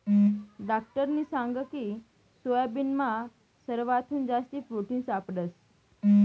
डाक्टरनी सांगकी सोयाबीनमा सरवाथून जास्ती प्रोटिन सापडंस